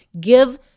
Give